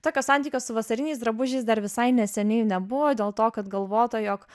tokio santykio su vasariniais drabužiais dar visai neseniai nebuvo dėl to kad galvota jog